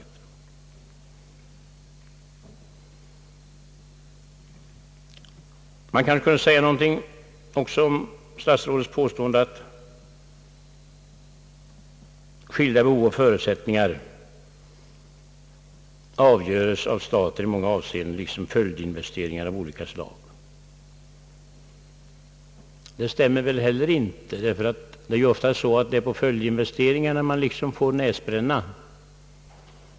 Jag får kanske också säga några ord om herr statsrådets påstående att skilda behov och förutsättningar avgöres av staten i många avseenden liksom följdinvesteringar av olika slag. Detta stämmer väl inte heller, ty det förhåller sig ju oftast så att det är på följdinvesteringarna som man liksom får en näsbränna.